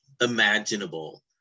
Imaginable